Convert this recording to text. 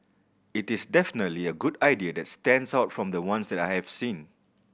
it is definitely a good idea and stands out from the ones that I have seen